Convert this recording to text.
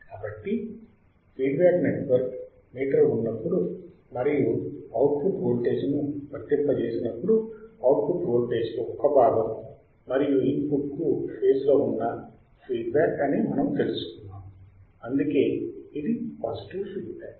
కాబట్టి feedback network meter ఉన్నప్పుడు మరియు అవుట్పుట్ వోల్టేజ్ను వర్తింపజేసినప్పుడు అవుట్పుట్ వోల్టేజ్లో ఒక భాగం మరియు ఇన్పుట్కు ఫేజ్ లో ఉన్న ఫీడ్బ్యాక్ అని మనము తెలుసుకున్నాము అందుకే ఇది పాజిటివ్ ఫీడ్ బ్యాక్